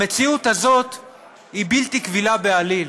המציאות הזאת היא בלתי קבילה בעליל.